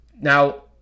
Now